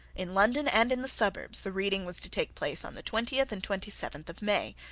in london and in the suburbs the reading was to take place on the twentieth and twenty-seventh of may,